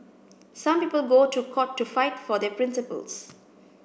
some people go to court to fight for their principles